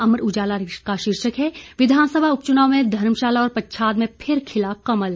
अमर उजाला का शीर्षक है विधानसभा उपच्चनाव में धर्मशाला और पच्छाद में फिर खिला कमल